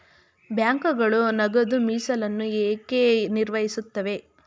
ಬ್ಯಾಂಕುಗಳು ನಗದು ಮೀಸಲನ್ನು ಏಕೆ ನಿರ್ವಹಿಸುತ್ತವೆ?